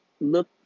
look